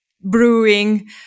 brewing